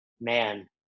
man